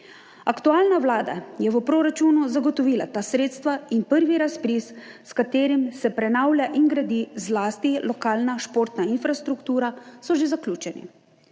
Aktualna vlada je v proračunu zagotovila ta sredstva in prvi razpisi, s katerimi se prenavlja in gradi zlasti lokalna športna infrastruktura, so že zaključeni.